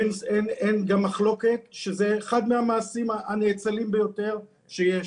אין גם מחלוקת שזה אחד המעשים הנאצלים ביותר שיש.